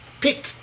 Pick